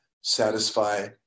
satisfy